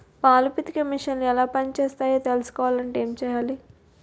పాలు పితికే మిసన్లు ఎలా పనిచేస్తాయో తెలుసుకోవాలంటే ఏం చెయ్యాలి?